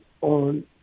on